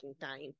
time